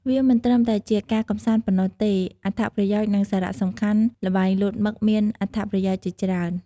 វាមិនត្រឹមតែជាការកម្សាន្តប៉ុណ្ណោះទេ អត្ថប្រយោជន៍ និងសារៈសំខាន់ល្បែងលោតមឹកមានអត្ថប្រយោជន៍ជាច្រើន ។